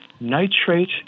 Nitrate